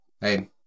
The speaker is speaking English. Hey